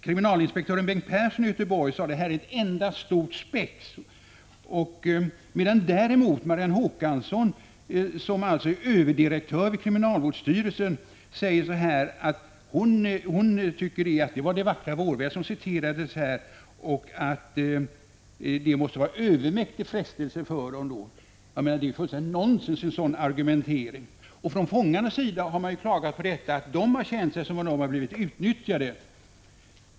Kriminalinspektör Bengt Persson vid Göteborgspolisen säger: ”Det här är ett enda stort spex.” Däremot säger Marianne Håkansson, som är överdirektör vid kriminalvårdsstyrelsen: ”Det vackra vädret på måndagen måste ha varit en övermäktig frestelse för dem.” Det är ju fullständigt nonsens. Från fångarnas sida har man klagat och sagt att de kände sig som om de blivit utnyttjade.